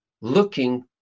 looking